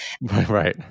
right